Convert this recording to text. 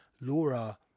laura